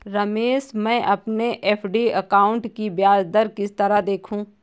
रमेश मैं अपने FD account की ब्याज दर किस तरह देखूं?